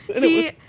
See